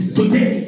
Today